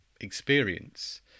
experience